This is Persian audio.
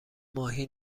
ماهی